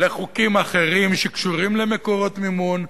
לחוקים אחרים שקשורים למקורות מימון,